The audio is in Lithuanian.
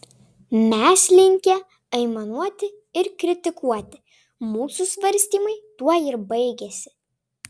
mes linkę aimanuoti ir kritikuoti mūsų svarstymai tuo ir baigiasi